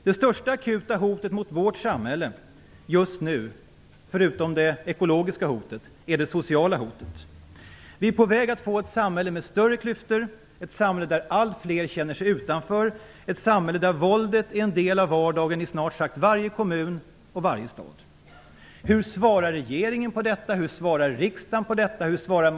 Det största akuta hotet just nu, förutom det ekologiska hotet, är det sociala hotet. Vi är på väg att få ett samhälle med större klyftor, där allt fler känner sig utanför och där våldet är en del av vardagen i snart sagt varje kommun och varje stad.